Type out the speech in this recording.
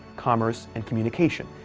commerce and communication.